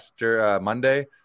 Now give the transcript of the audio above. Monday